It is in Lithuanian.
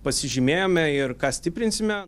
pasižymėjome ir ką stiprinsime